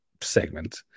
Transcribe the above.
segment